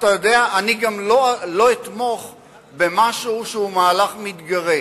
אתה יודע, אני גם לא אתמוך במשהו שהוא מהלך מתגרה.